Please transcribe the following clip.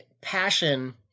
passion